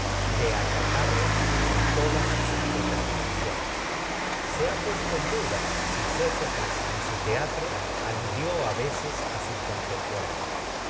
y de acatarlas en todas sus deter minaciones se ha puesto en duda veces a si sófocles en su teatro creo aludió a sus contemporáneos